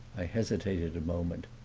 i hesitated a moment.